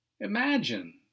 Imagine